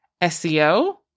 SEO